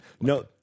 No